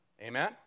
Amen